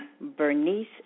Bernice